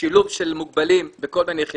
לשילוב של מוגבלים בכל מיני יחידות.